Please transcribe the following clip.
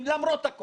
לעשות את זה.